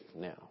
now